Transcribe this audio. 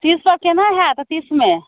तीस मे केना होयत तीस मे